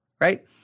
right